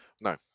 No